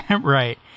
Right